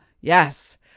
Yes